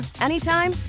anytime